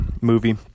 movie